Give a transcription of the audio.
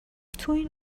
تواین